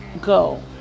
go